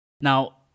Now